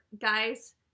guys